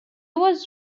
was